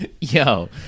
yo